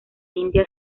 india